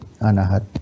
Anahat